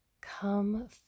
Come